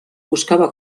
buscava